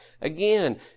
again